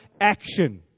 action